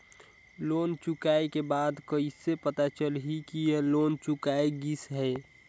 Loan चुकाय के बाद कइसे पता चलही कि लोन चुकाय गिस है?